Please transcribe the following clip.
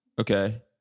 Okay